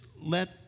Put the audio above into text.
let